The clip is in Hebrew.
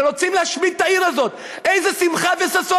ורוצים להשמיד את העיר הזאת, איזה שמחה וששון?